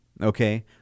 Okay